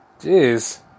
Jeez